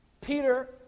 Peter